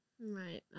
Right